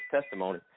testimony